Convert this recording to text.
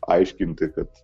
aiškinti kad